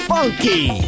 Funky